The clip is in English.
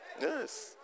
Yes